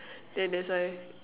then that's why